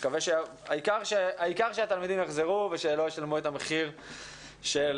העיקר שהתלמידים יחזרו ולא ישלמו את המחיר של